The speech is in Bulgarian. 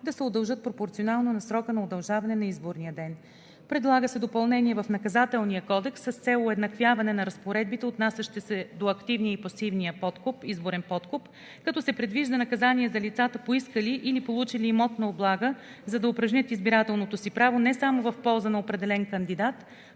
да се удължават пропорционално на срока на удължаване на изборния ден. Предлага се допълнение в Наказателния кодекс с цел уеднаквяване на разпоредбите, отнасящи се до активния и пасивния изборен подкуп, като се предвижда наказание за лицата, поискали или получили имотна облага, за да упражнят избирателното си право не само в полза на определен кандидат,